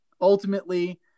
ultimately